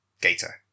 Gator